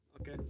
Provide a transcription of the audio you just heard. Okay